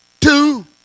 two